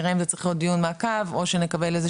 נראה אם זה צריך להיות דיון מעקב או שנקבל איזה